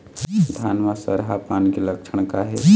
धान म सरहा पान के लक्षण का हे?